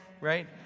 right